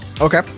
Okay